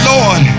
Lord